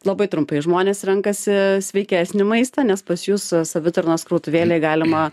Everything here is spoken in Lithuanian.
labai trumpai žmonės renkasi sveikesnį maistą nes pas jus a savitarnos krautuvėlėj galima